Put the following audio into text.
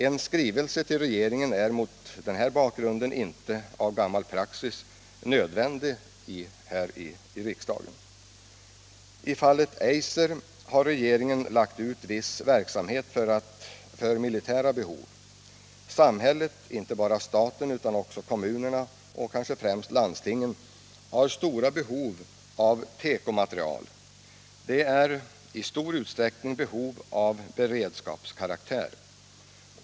En skrivelse till regeringen är mot denna bakgrund enligt gammal praxis här i riksdagen inte nödvändig. I fallet Eiser har regeringen lagt ut vissa arbeten för militära behov. Samhället, inte bara staten utan också kommunerna och kanske främst landstingen, har stora behov av tekoprodukter. Det är i stor utsträckning behov av beredskapskaraktär.